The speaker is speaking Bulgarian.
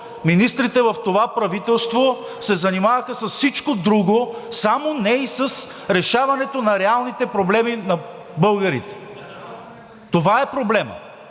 министрите в това правителство се занимаваха с всичко друго, само не и с решаването на реалните проблеми на българите. Това е проблемът.